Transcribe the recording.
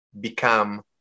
become